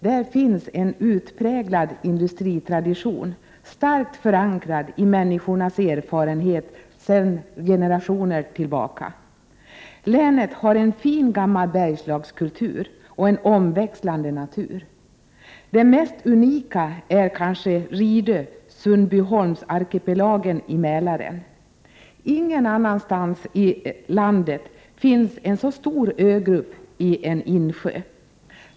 Där finns en utpräglad industritradition, starkt förankrad i människornas erfarenheter sedan generationer tillbaka. Länet har en fin gammal Bergslagskultur och en omväxlande natur. Det mest unika är kanske Ridö-Sundbyholmsarkipelagen i Mälaren. Ingen annanstans i landet finns en så stor ögrupp i en insjö.